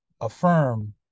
affirm